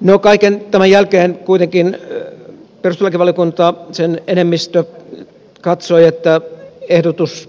no kaiken tämän jälkeen kuitenkin perustuslakivaliokunnan enemmistö katsoi että ehdotus